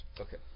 Okay